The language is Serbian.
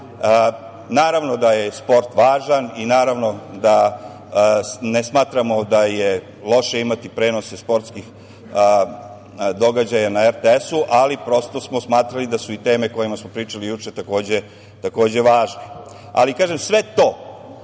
Naravno da je sport važan i naravno da ne smatramo da je loše imati prenose sportskih događaja na RTS-u, ali prosto smo smatrali da su i teme o kojima smo pričali juče takođe važne. Ali, kažem, sve to